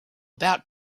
about